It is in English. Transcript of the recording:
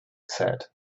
said